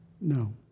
No